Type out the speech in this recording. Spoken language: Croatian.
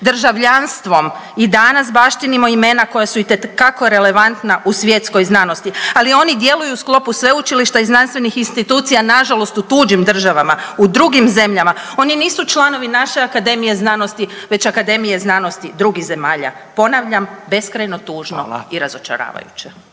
Državljanstvom i danas baštinimo imena koja su itekako relevantna u svjetskoj znanosti ali oni djeluju u sklopu sveučilišta i znanstvenih institucija nažalost u tuđim državama, u drugim zemljama. Oni nisu članovi naše akademije znanosti već akademije znanosti drugih zemalja. Ponavljam, beskrajno tužno …/Upadica: